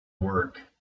work